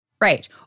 Right